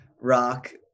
rock